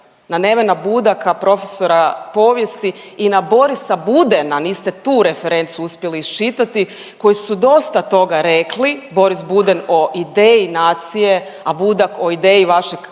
na Nevena Budaka, prof. povijesti i na Borisa Budena, niste tu referencu uspjeli iščitati, koji su dosta toga rekli. Boris Buden o ideji nacije, a Budak o ideji vašeg kraljevstva,